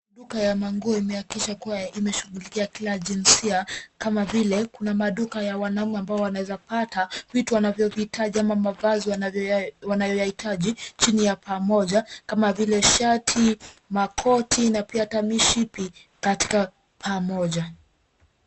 Duka ya manguo imehakikisha kuwa imeshughulikia kila jinsia kama vile kuna maduka ya wanaume ambao wanaeza pata vitu wanavyo hitaji ama mavazi wanvyoyaitaji chini ya pamoja kama vile shati makoti na pia hata mishipi katika pamoja